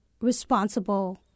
responsible